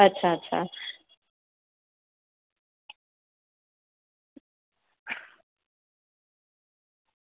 અચ્છા અચ્છા